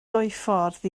dwyffordd